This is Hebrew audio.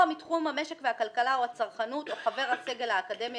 או מתחום המשק והכלכלה או הצרכנות או חבר הסגל האקדמי